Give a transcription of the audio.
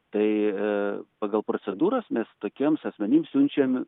tai pagal procedūras mes tokiems asmenims siunčiam